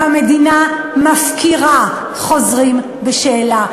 והמדינה מפקירה חוזרים בשאלה.